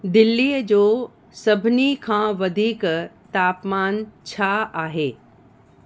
दिल्लीअ जो सभिनी खां वधीक तापमानु छा आहे